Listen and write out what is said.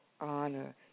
honor